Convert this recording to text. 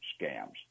scams